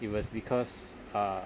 it was because uh